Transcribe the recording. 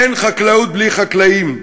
אין חקלאות בלי חקלאים,